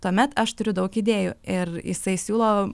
tuomet aš turiu daug idėjų ir jisai siūlo